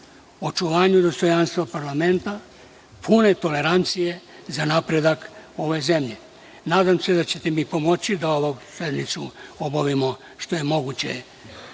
očuvanju dostojanstva parlamenta, pune tolerancije za napredak ove zemlje. Nadam se da ćete mi pomoći da ovu sednicu obavimo što je moguće